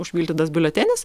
užpildytas biuletenis